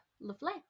Lovely